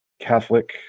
Catholic